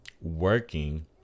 working